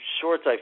shorts